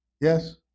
yes